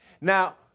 Now